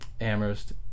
Amherst